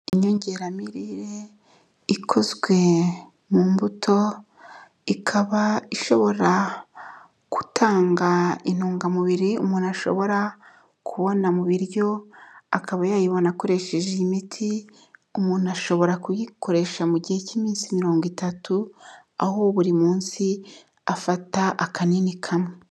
Inyongeramirire ikozwe mu mbuto, ikaba ishobora gutanga intungamubiri umuntu ashobora kubona mu biryo, akaba yayibona akoresheje imiti, umuntu ashobora kuyikoresha mu gihe cy'iminsi mirongo itatu, aho buri munsi afata akanini kamwe.